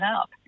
up